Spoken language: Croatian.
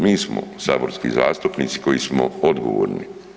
Mi smo saborski zastupnici koji smo odgovorni.